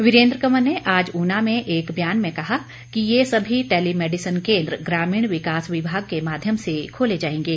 वीरेन्द्र कंवर ने आज ऊना में एक बयान में कहा कि ये सभी टेलीमैडिसन केन्द्र ग्रामीण विकास विभाग के माध्यम से खोले जाएंगे